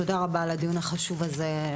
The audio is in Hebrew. תודה רבה על הדיון החשוב הזה.